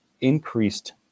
increased